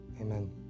Amen